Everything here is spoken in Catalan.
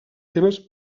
temes